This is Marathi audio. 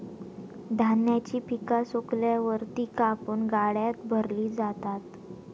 धान्याची पिका सुकल्यावर ती कापून गाड्यात भरली जातात